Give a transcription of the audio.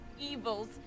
evils